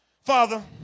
Father